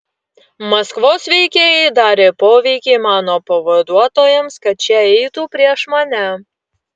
maskvos veikėjai darė poveikį mano pavaduotojams kad šie eitų prieš mane